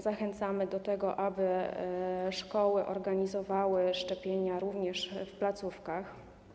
Zachęcamy do tego, aby szkoły organizowały szczepienia w placówkach.